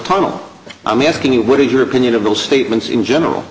tunnel i'm asking you what is your opinion of those statements in general